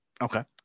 Okay